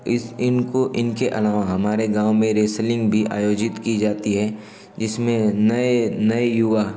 इस इनको इनके अलावा हमारे गाँव में रेसलिन्ग भी आयोजित की जाती है जिसमें नए नए युवा